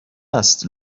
است